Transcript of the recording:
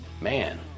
man